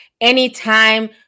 anytime